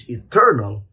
eternal